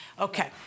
Okay